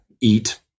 eat